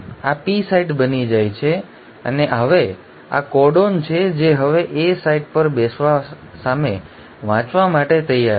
આ P site બની જાય છે અને હવે આ કોડોન છે જે હવે A સાઇટ પર બેસવા સામે વાંચવા માટે તૈયાર છે